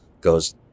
goes